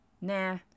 Nah